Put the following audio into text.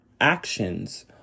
actions